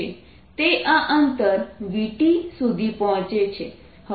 તે આ અંતર v t સુધી પહોંચે છે